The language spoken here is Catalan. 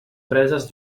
preses